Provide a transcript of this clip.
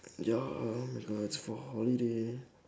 ya oh my god it's for holiday